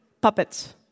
puppets